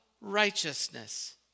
righteousness